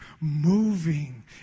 moving